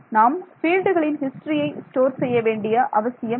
நாம் பீல்டுகளின் ஹிஸ்டரியை ஸ்டோர் செய்ய வேண்டிய அவசியம் இல்லை